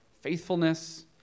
faithfulness